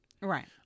Right